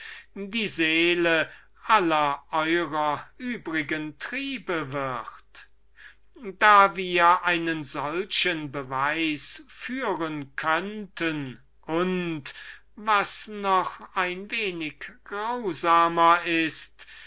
die seele aller eurer übrigen triebe wird daß wir einen solchen beweis führen und was noch ein wenig grausamer ist